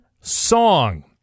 song